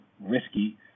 risky